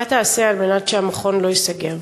מה תעשה כדי שהמכון לא ייסגר?